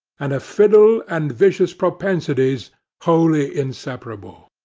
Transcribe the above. and a fiddle and vicious propensities wholly inseparable.